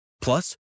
Plus